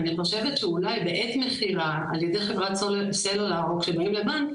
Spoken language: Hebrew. אני חושבת שאולי בעת מכירה על ידי חברת סלולר או של ניהול הבנק,